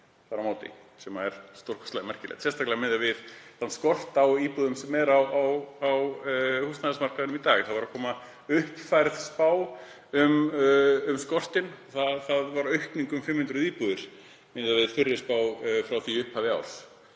lækkunina sem er stórkostlega merkilegt, sérstaklega miðað við þann skort á íbúðum sem er á húsnæðismarkaðnum í dag. Það var að koma uppfærð spá um skortinn. Það var aukning um 500 íbúðir miðað við fyrri spá frá því í upphafi árs